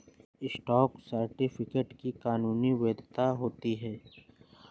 stock certificate की कानूनी वैधता होती है